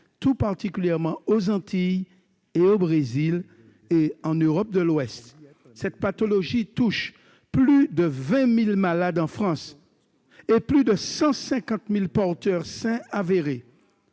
tout particulièrement aux Antilles et au Brésil, et en Europe de l'Ouest. Cette pathologie touche plus de 20 000 malades en France et plus de 150 000 porteurs sains avérés.